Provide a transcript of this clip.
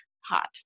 hot